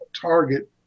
target